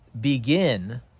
begin